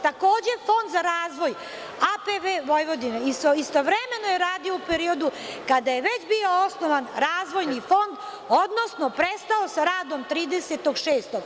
Takođe, Fond za razvoj AP Vojvodina istovremeno je radio u periodu kada je već bio osnovan Razvojni fond, odnosno prestao sa radom 30.06.